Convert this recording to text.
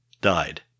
died